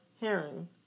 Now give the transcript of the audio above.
Herring